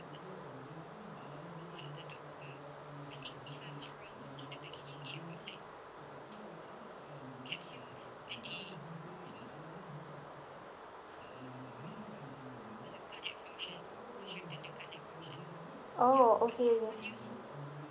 oh okay okay